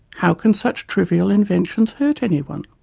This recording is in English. how can such trivial inventions hurt anyone?